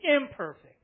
imperfect